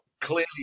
clearly